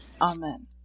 Amen